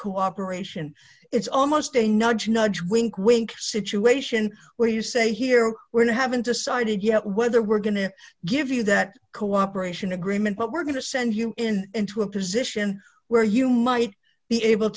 cooperation it's almost a nudge nudge wink wink situation where you say here where we haven't decided yet whether we're going to give you that cooperation agreement but we're going to send you in into a position where you might be able